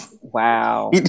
Wow